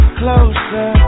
closer